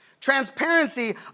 Transparency